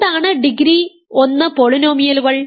എന്താണ് ഡിഗ്രി 1 പോളിനോമിയലുകൾ